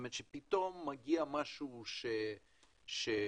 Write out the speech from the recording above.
פתאום אפשר לנצל כסף